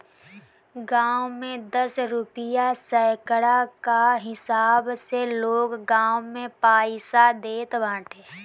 गांव में दस रुपिया सैकड़ा कअ हिसाब से लोग उधार पईसा देत बाटे